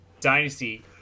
dynasty